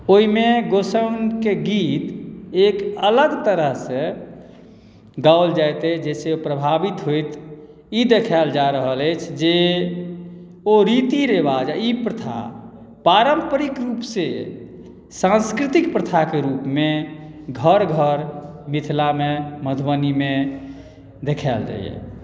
ओहिमे गोसाउनके गीत एक अलग तरहसँ गाओल जाइत अछि जाहिसँ प्रभावित होइत ई देखायल जा रहल अछि जे ओ रीति रिवाज आ ई प्रथा पारम्परिक रूपसँ सांस्कृतिक प्रथाके रूपमे घर घर मिथिलामे मधुबनीमे देखायल जाइए